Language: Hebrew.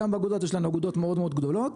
גם באגודות יש לנו אגודות מאוד מאוד גדולות,